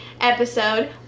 episode